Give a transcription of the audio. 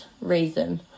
reason